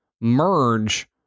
merge